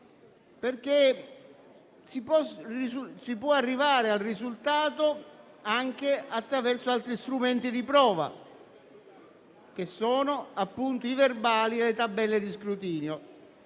perché si può arrivare al risultato anche attraverso altri strumenti di prova, che sono appunto i verbali e le tabelle di scrutinio,